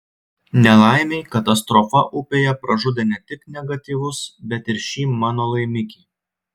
nelaimei katastrofa upėje pražudė ne tik negatyvus bet ir šį mano laimikį